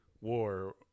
war